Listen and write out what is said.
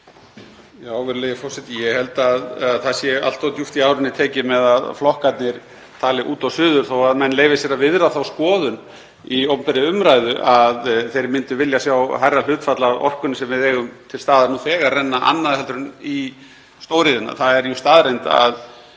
Virðulegi forseti. Ég held að það sé allt of djúpt í árinni tekið að segja að flokkarnir tali út og suður þó að menn leyfi sér að viðra þá skoðun í opinberri umræðu að þeir myndu vilja sjá hærra hlutfall af orkunni sem við eigum til staðar nú þegar renna annað en í stóriðjuna. Það er jú staðreynd að